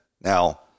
Now